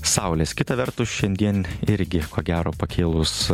saulės kita vertus šiandien irgi ko gero pakėlus